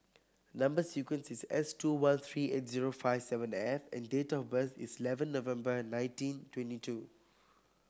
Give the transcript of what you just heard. number sequence is S two one three eight zero five seven F and date of birth is eleven November nineteen twenty two